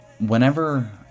whenever